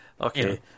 okay